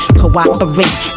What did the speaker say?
cooperate